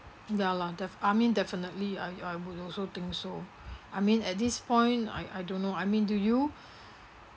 ya lah def~ I mean definitely I I would also think so I mean at this point I I don't know I mean do you